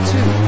Two